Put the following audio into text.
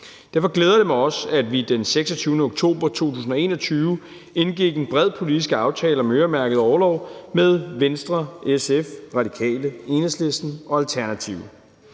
Derfor glæder det mig også, at vi den 26. oktober 2021 indgik en bred politisk aftale om øremærket orlov med Venstre, SF, Radikale, Enhedslisten og Alternativet.